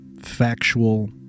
factual